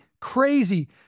crazy